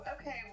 okay